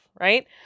right